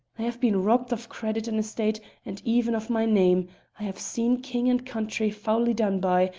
i have been robbed of credit and estate, and even of my name i have seen king and country foully done by,